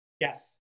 Yes